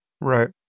Right